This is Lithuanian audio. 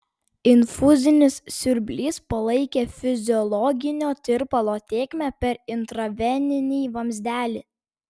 infuzinis siurblys palaikė fiziologinio tirpalo tėkmę per intraveninį vamzdelį